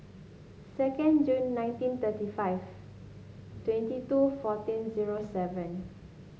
second Jun nineteen thirty five twenty two fourteen zero seven